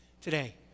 today